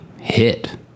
hit